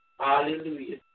Hallelujah